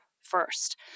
first